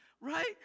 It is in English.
right